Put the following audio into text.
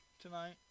tonight